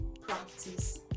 practice